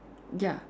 ya